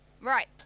Right